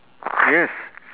yes